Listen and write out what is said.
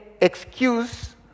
excuse